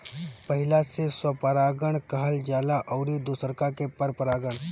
पहिला से स्वपरागण कहल जाला अउरी दुसरका के परपरागण